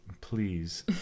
Please